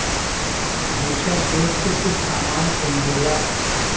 दूसर देस से कुछ सामान खरीदेला